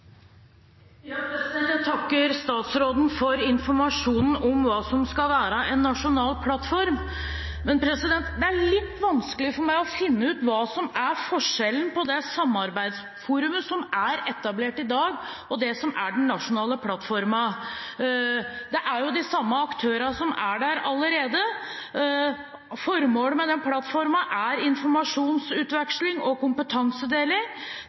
Jeg takker statsråden for informasjonen om hva som skal være en nasjonal plattform. Men det er litt vanskelig for meg å finne ut hva som er forskjellen på det samarbeidsforumet som er etablert i dag, og det som er den nasjonale plattformen. Det er jo de samme aktørene som er der allerede. Formålet med plattformen er informasjonsutveksling og kompetansedeling,